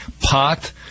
Pot